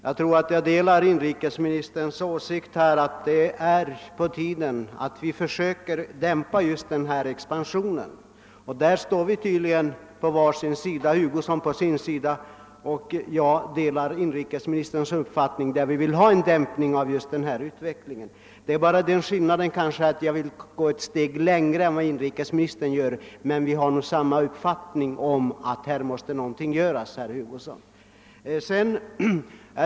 Jag delar inrikesministerns åsikt att det är på tiden att vi försöker dämpa denna. expansion.' Där står herr Hugosson och jag på var sin sida — jag delar alltså inrikesministerns uppfattning att det skall åstadkommas en dämpning av denna utveckling. Det är kanske bara den skillnaden att jag vill gå ett steg längre än inrikesministern. Men vi har. nog samma uppfattning att här måste NÄgOns ting göras, herr Hugosson.